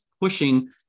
pushing